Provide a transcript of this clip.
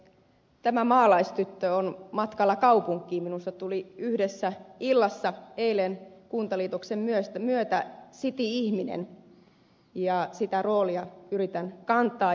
tämä maalaistyttö on matkalla kaupunkiin minusta tuli yhdessä illassa eilen kuntaliitoksen myötä city ihminen ja sitä roolia yritän kantaa